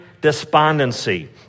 despondency